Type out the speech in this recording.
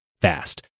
fast